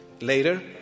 Later